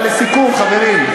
אבל לסיכום, חברים.